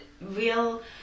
real